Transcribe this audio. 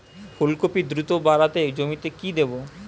ফুলকপি দ্রুত বাড়াতে জমিতে কি দেবো?